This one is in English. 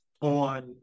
on